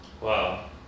wow